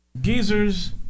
geezers